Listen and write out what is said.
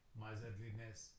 miserliness